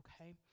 okay